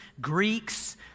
Greeks